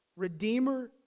Redeemer